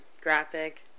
graphic